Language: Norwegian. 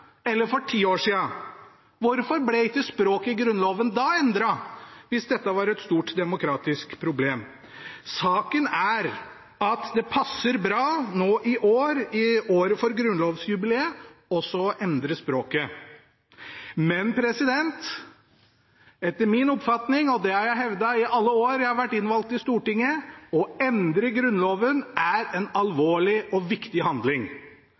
Hvorfor ble ikke språket i Grunnloven endret da, hvis dette var et stort demokratisk problem? Saken er at det passer bra nå i år, i året for grunnlovsjubileet, å endre språket. Men etter min oppfatning – og det har jeg hevdet i alle år jeg har vært innvalgt på Stortinget – er det å endre Grunnloven en alvorlig og viktig handling,